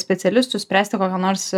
specialistus spręsti kokią nors